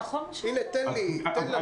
הנה, תן לי, תן לנו.